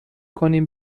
کنیم